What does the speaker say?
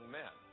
men